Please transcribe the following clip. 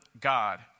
God